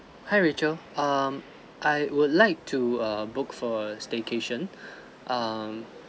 hi rachel um I would like to err book for staycation um